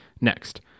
Next